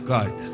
God